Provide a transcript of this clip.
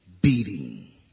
beating